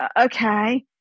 okay